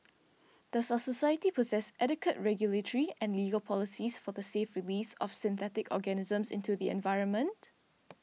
does our society possess adequate regulatory and legal policies for the safe release of synthetic organisms into the environment